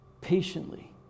patiently